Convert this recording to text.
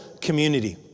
community